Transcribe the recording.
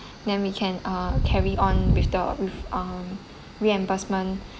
then we can ah carry on with the with um reimbursement